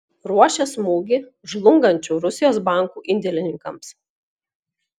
ruošia smūgį žlungančių rusijos bankų indėlininkams